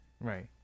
Right